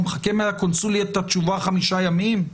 הוא מחכה מהקונסוליה לתשובה חמישה ימים?